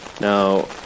Now